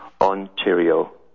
Ontario